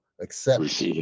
accept